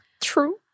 True